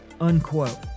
unquote